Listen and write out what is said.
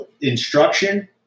Instruction